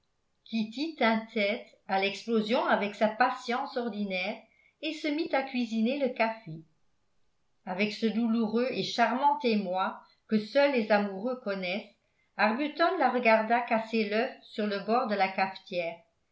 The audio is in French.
kitty tint tête à l'explosion avec sa patience ordinaire et se mit à cuisiner le café avec ce douloureux et charmant émoi que seuls les amoureux connaissent arbuton la regarda casser l'œuf sur le bord de la cafetière